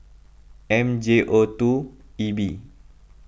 M J O two E B